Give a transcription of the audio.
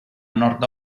nord